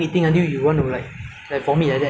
because like number one your body cannot take it [one] ah